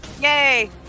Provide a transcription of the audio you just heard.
Yay